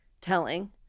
telling